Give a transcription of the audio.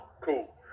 cool